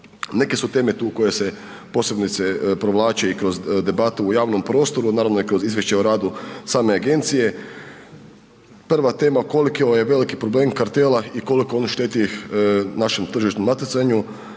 Neke su teme tu koje se posebice provlače i kroz debatu u javnom prostoru, naravno i kroz izvješće o radu same agencije. Prva tema koliko je veliki problem kartela i koliko on šteti našem tržišnom natjecanju,